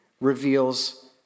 reveals